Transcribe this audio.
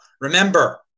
Remember